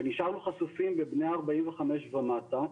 ונשארנו חשופים עם בני 45 ומטה,